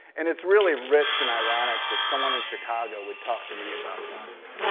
and it's really rich and ironic that someone in chicago would talk to me about guns.